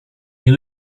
nie